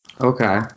Okay